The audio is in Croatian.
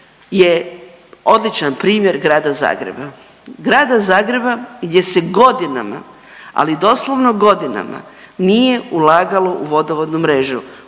je odličan primjer grada Zagreba, grada Zagreba gdje se godinama, ali doslovno godinama nije ulagalo u vodovodnu mrežu.